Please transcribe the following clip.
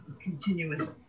continuous